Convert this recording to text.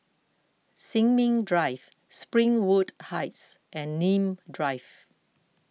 Sin Ming Drive Springwood Heights and Nim Drive